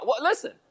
Listen